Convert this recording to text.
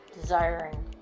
desiring